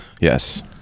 Yes